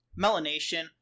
Melanation